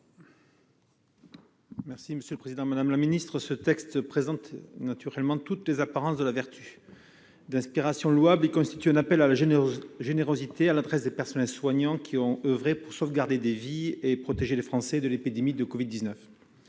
François Bonhomme, sur l'article. Ce texte a toutes les apparences de la vertu. D'inspiration louable, il constitue un appel à la générosité à l'adresse des personnels soignants, qui ont oeuvré pour sauvegarder des vies et protéger les Français de l'épidémie de Covid-19.